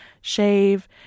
shave